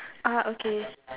ah okay